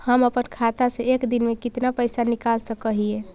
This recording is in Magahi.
हम अपन खाता से एक दिन में कितना पैसा निकाल सक हिय?